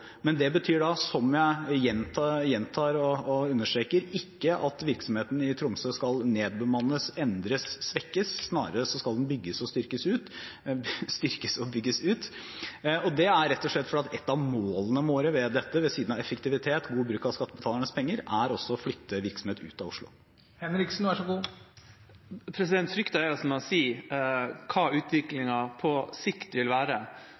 men det betyr ikke, som jeg gjentar og understreker, at virksomheten i Tromsø skal nedbemannes, endres, svekkes. Den skal snarere styrkes og bygges ut. Det er rett og slett fordi et av målene våre med dette, ved siden av effektivitet og god bruk av skattebetalernes penger, er å flytte virksomhet ut av Oslo. Frykten er, som jeg sa, hva utviklingen vil være på sikt dersom hovedkontoret vil